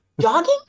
Jogging